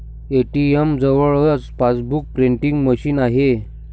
ATM जवळच passbook printing machine आहे